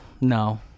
no